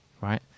Right